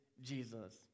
Jesus